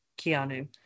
Keanu